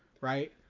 right